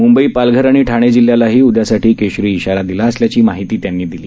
मुंबई पालघर आणि ठाणे जिल्हालाही उद्यासाठी केशरी ईशारा दिला असल्याची माहिती त्यांनी दिली